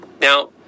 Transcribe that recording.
Now